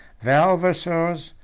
valvassors,